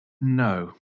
No